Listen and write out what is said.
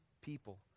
people